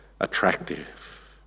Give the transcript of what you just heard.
attractive